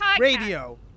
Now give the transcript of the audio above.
radio